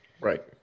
Right